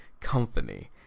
company